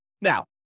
Now